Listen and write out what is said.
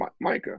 Micah